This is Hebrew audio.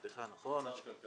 סליחה, נכון.